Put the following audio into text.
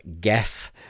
guess